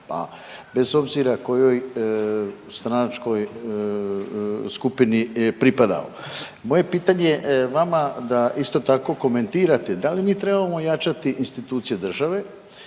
pa bez obzira kojoj stranačkoj skupini pripadao. Moje pitanje vama da isto tako komentirate, da li mi trebamo ojačati institucije države